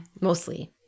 mostly